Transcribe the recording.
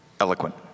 eloquent